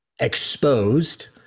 exposed